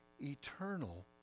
eternal